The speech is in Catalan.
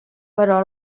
però